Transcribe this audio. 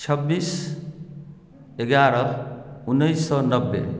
छब्बीस एगारह उन्नैस सए नब्बे